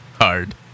Hard